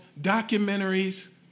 documentaries